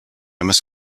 must